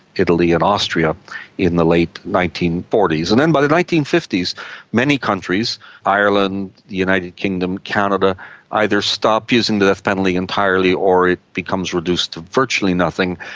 italy and austria in the late nineteen forty s. and then by the nineteen fifty s many countries ireland, the united kingdom, canada either stopped using the death penalty entirely or it becomes reduced to virtually nothing,